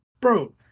bro